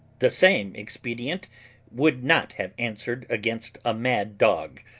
the same expedient would not have answered against a mad dog,